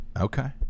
Okay